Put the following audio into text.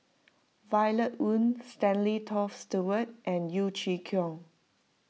Violet Oon Stanley Toft Stewart and Yeo Chee Kiong